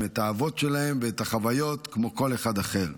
את האהבות שלהם ואת החוויות כמו כל אחד אחר.